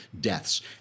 deaths